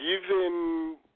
given